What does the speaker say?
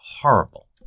horrible